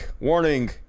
warning